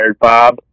Bob